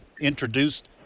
introduced